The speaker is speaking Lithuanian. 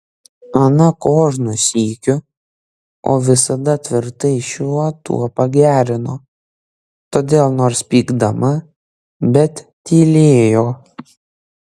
ana kožnu sykiu o visada tvirtai šiuo tuo pagerino todėl nors pykdama bet tylėjo